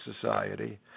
society